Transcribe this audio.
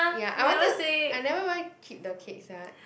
ya I wanted I never even keep the cake sia